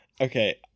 Okay